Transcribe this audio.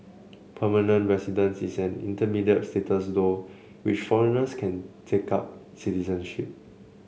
permanent residence is an intermediate status through which foreigners can take up citizenship